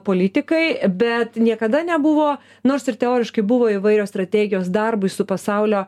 politikai bet niekada nebuvo nors ir teoriškai buvo įvairios strategijos darbui su pasaulio